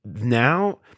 now